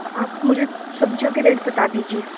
آپ مجھے سبزیوں کے ریٹ بتا دیجیے